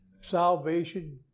salvation